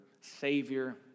Savior